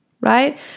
Right